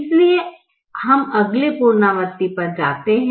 इसलिए हम अगले पुनरावृत्ति पर जाते हैं